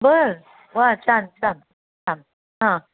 बरं वा छान छान छान हांं